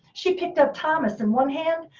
she picked up thomas in one hand.